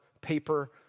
paper